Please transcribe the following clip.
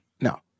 No